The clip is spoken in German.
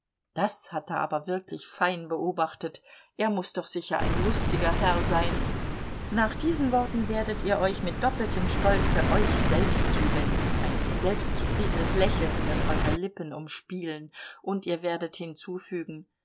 das hat er aber wirklich fein beobachtet er muß doch sicher ein lustiger herr sein nach diesen worten werdet ihr euch mit doppeltem stolze euch selbst zuwenden ein selbstzufriedenes lächeln wird eure lippen umspielen und ihr werdet hinzufügen